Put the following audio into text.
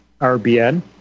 RBN